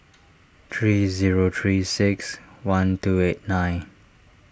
three zero three six one two eight nine